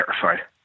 terrified